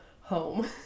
home